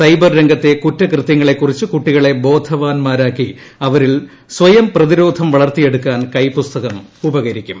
cyber രംഗത്തെ കുറ്റകൃത്യങ്ങളെക്കുറിച്ച് കുട്ടികളെ ബോധവാൻമാരാക്കി അവരിൽ സ്വയം പ്രതിരോധം വളർത്തിയെടുക്കാൻ കൈപ്പുസ്തകം ഉപകരിക്കും